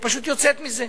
היא פשוט יוצאת מזה,